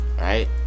Right